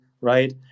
right